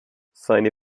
seine